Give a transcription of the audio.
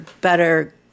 better